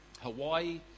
Hawaii